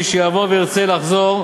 מי שיעבור וירצה לחזור,